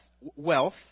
wealth